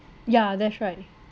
yeah that's right